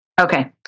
Okay